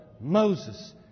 Moses